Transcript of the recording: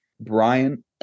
Brian